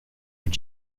with